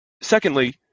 secondly